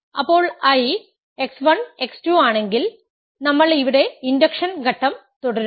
ഇപ്പോൾ I x 1 x 2 ആണെങ്കിൽ നമ്മൾ ഇവിടെ ഇൻഡക്ഷൻ ഘട്ടം തുടരുന്നു